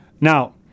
Now